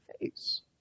face